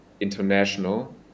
international